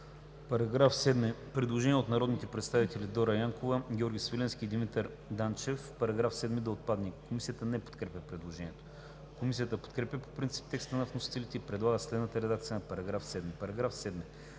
По § 7 има предложение от народните представители Дора Янкова, Георги Свиленски и Димитър Данчев § 7 да отпадне. Комисията не подкрепя предложението. Комисията подкрепя по принцип текста на вносителите и предлага следната редакция на § 7: „§ 7.